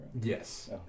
Yes